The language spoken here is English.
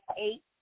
eight